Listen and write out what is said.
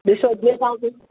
ॾिसो जीअं तव्हांखे